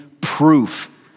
proof